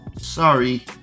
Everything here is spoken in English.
Sorry